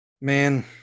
Man